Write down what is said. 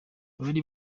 abari